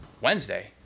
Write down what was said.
Wednesday